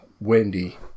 Wendy